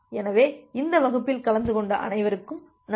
எனவே இந்த வகுப்பில் கலந்து கொண்ட அனைவருக்கும் நன்றி